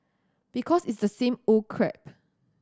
because it's the same old crap